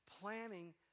planning